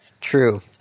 True